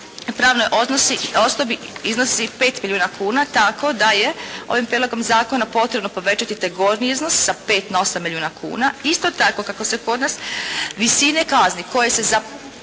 pravnoj osobi iznosi 5 milijuna kuna, tako da je ovim prijedlogom zakona potrebno povećati taj gornji iznos sa 5 na 8 milijuna kuna. Isto tako kako se kod nas visine kazni koje se za